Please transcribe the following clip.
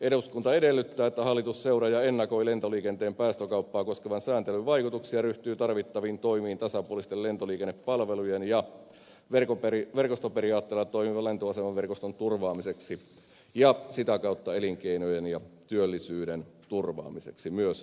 eduskunta edellyttää että hallitus seuraa ja ennakoi lentoliikenteen päästökauppaa koskevan sääntelyn vaikutuksia ja ryhtyy tarvittaviin toimiin tasapuolisten lentoliikennepalvelujen ja verkostoperiaatteella toimivan lentoasemaverkon turvaamiseksi ja sitä kautta elinkeinojen ja työllisyyden turvaamiseksi myös maakunnissa